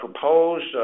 proposed